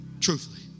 Truthfully